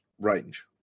range